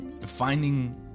Finding